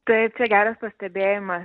taip čia geras pastebėjimas